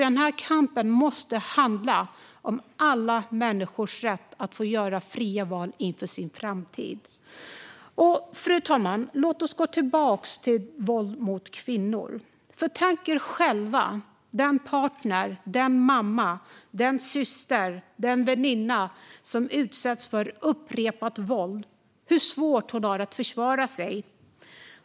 Den här kampen måste handla om alla människors rätt att göra fria val för sin framtid. Fru talman! Låt oss gå tillbaka till våldet mot kvinnor. Tänk själv den partner, den mamma, den syster eller den väninna som utsätts för upprepat våld och hur svårt hon har att försvara sig.